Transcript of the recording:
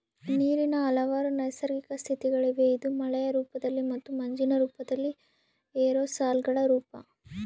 ನೀರಿನ ಹಲವಾರು ನೈಸರ್ಗಿಕ ಸ್ಥಿತಿಗಳಿವೆ ಇದು ಮಳೆಯ ರೂಪದಲ್ಲಿ ಮತ್ತು ಮಂಜಿನ ರೂಪದಲ್ಲಿ ಏರೋಸಾಲ್ಗಳ ರೂಪ